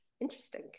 interesting